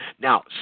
Now